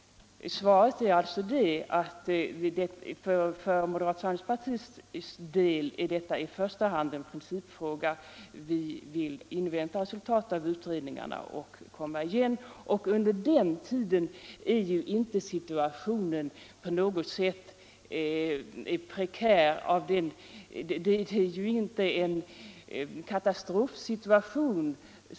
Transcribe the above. Svaret är alltså att för moderata samlingspartiets del är detta i första hand en principfråga. Vi vill invänta resultaten av utredningarna. Sedan kan vi komma tillbaka igen. Och under den tiden är situationen inte på något sätt prekär. Det är ju inte någon katastrofsituation.